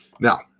Now